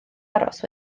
aros